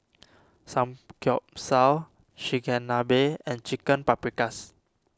Samgeyopsal Chigenabe and Chicken Paprikas